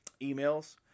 emails